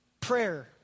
Prayer